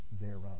thereof